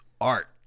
art